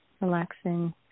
relaxing